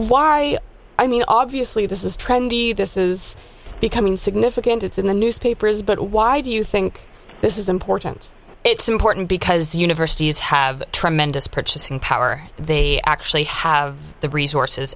why i mean obviously this is trendy this is becoming significant it's in the newspapers but why do you think this is important it's important because universities have tremendous purchasing power they actually have the resources